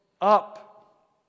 up